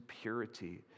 purity